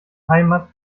heimat